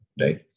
right